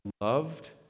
loved